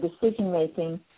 decision-making